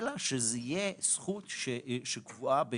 אלא שזאת תהיה זכות שקבועה בחוק,